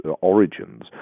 origins